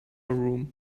room